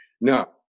now